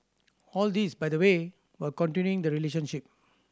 all this by the way while continuing the relationship